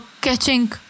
catching